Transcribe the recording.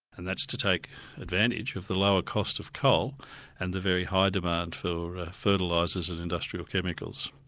and that's to take advantage of the lower cost of coal and the very high demand for fertilises and industrial chemicals.